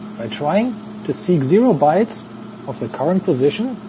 by trying to seek zero bytes of the current position,